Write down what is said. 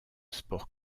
sport